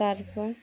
তারপর